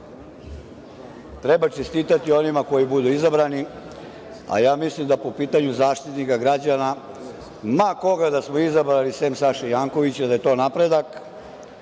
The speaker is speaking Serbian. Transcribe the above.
treba čestitati onima koji budu izabrani, a ja mislim da po pitanju Zaštitnika građana, ma koga da smo izabrali, sem Saše Jankovića, da je to napredak,